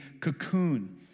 cocoon